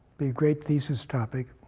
be a great thesis topic.